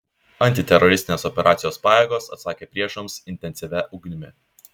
antiteroristinės operacijos pajėgos atsakė priešams intensyvia ugnimi